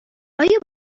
آیا